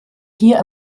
hier